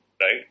right